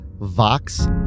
Vox